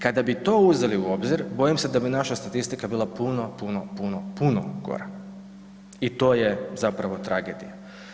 Kada bi to uzeli u obzir, bojim se da bi naša statistika bila puno, puno, puno gora i to je zapravo tragedija.